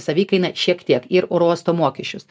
savikainą šiek tiek ir oro uosto mokesčius